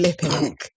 flipping